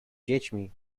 dziećmi